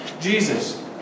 Jesus